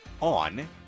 on